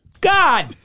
God